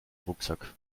rucksack